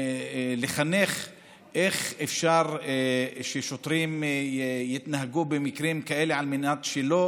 לחנך איך אפשר ששוטרים יתנהגו במקרים כאלה על מנת שלא